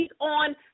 on